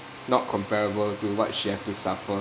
not comparable to what she have to suffer